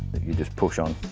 that you just push on,